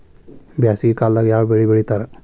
ಬ್ಯಾಸಗಿ ಕಾಲದಾಗ ಯಾವ ಬೆಳಿ ಬೆಳಿತಾರ?